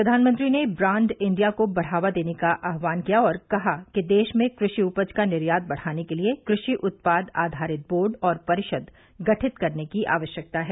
प्रधानमंत्री ने brand India को बढ़ावा देने का आह्वान किया और कहा कि देश में कृषि उपज का निर्यात बढ़ाने के लिए कृषि उत्पाद आधारित बोर्ड और परिषद गठित करने की आवश्यकता है